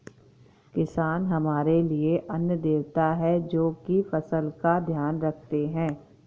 किसान हमारे लिए अन्न देवता है, जो की फसल का ध्यान रखते है